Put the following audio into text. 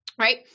Right